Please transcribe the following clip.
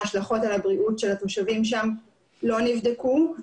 ההשלכות על הבריאות של התושבים שם לא נבדקו.